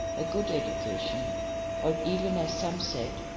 a good education or even, as some said,